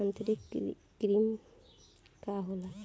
आंतरिक कृमि का होला?